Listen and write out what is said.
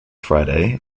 friday